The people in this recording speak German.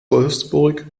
wolfsburg